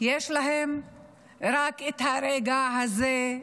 יש להם רק את הרגע הזה,